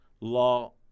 law